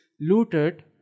looted